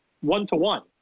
one-to-one